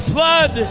Flood